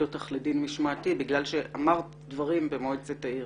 אותך לדין משמעתי בגלל שאמרת דברים במועצת העיר.